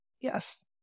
Yes